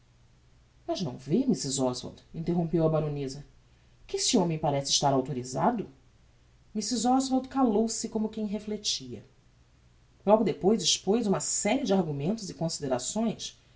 mas não vê mrs oswald interrompeu a baroneza que esse homem parece estar autorisado mrs oswald calou-se como quem reflectia logo depois expoz uma serie de argumentos e considerações